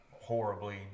horribly